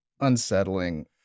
unsettling